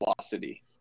velocity